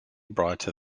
brighter